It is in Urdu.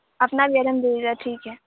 اپنا گرم دے دیجیے گا ٹھیک ہے